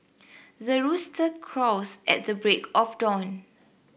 the rooster crows at the break of dawn